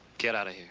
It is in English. get out of